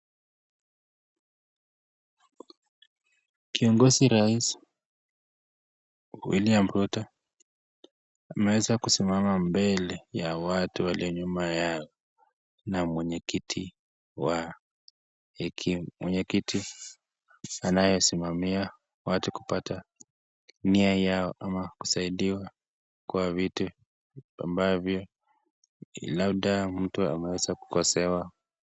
Kiongozi rais William Ruto ameweza kusimama mbele ya watu walio nyuma yao, na mwenye kiti anayesimamia watu kupata nia yao ama kusaidiwa kwa viti ambavyo labda mtu ameweza kukosewa.